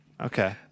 Okay